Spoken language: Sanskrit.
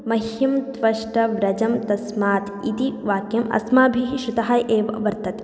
मह्यं त्वष्टव्रजं तस्मात् इति वाक्यम् अस्माभिः श्रुतम् एव वर्तते